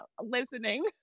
listening